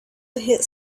hit